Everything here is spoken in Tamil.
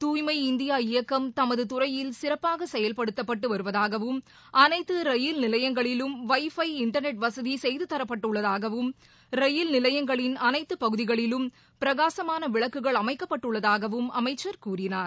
துய்மை இந்தியா இயக்கம் தமது துறையில் சிறப்பாக செயல்படுத்தப் பட்டு வருவதாகவும் அனைத்து ரயில் நிலையங்களிலும் வை பை இண்டர்நெட் வசதி செய்து தரப்பட்டுள்ளதாகவும் ரயில் நிலையங்களின் அனைத்து பகுதிகளிலும் பிரகாசமான விளக்குகள் அமைக்கப்பட்டுள்ளதாகவும் அமைச்சர் கூறினார்